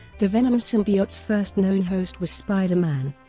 the venom symbiote's first known host was spider-man,